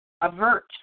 avert